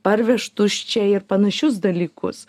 parvežtus čia ir panašius dalykus